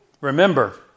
Remember